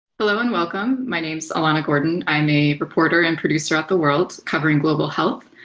hello, and welcome. my name's elana gordon. i'm a reporter and producer at the world covering global health.